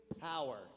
power